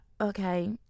okay